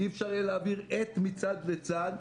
אי אפשר יהיה להעביר עט מצד לצד.